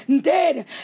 dead